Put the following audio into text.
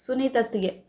सुनीतत्गे